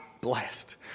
blessed